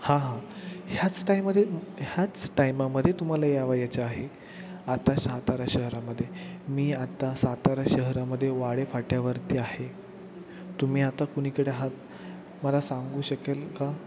हां हां ह्याच टाईममध्ये ह्याच टायमामध्ये तुम्हाला यावयाचे आहे आता सातारा शहरामध्ये मी आता सातारा शहरामध्ये वाडेफाट्यावरती आहे तुम्ही आता कुणीकडे आहात मला सांगू शकेल का